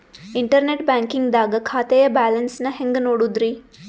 Internet banking ದಾಗ ಖಾತೆಯ balance ನ ಹೆಂಗ್ ನೋಡುದ್ರಿ?